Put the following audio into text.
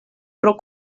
pro